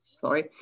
sorry